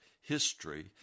history